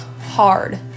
hard